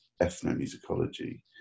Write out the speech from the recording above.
ethnomusicology